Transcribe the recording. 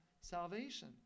salvation